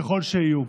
ככל שיהיו.